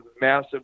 massive